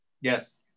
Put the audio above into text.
Yes